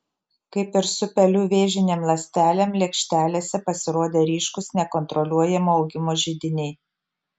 kaip ir su pelių vėžinėm ląstelėm lėkštelėse pasirodė ryškūs nekontroliuojamo augimo židiniai